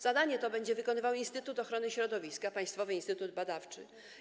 Zadanie to będzie wykonywał Instytut Ochrony Środowiska - Państwowy Instytut Badawczy.